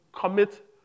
commit